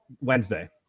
Wednesday